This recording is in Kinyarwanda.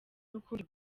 n’ukundi